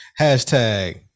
Hashtag